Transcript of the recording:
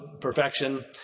perfection